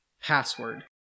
password